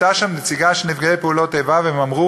הייתה שם נציגה של נפגעי פעולות איבה, והם אמרו